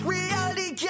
Reality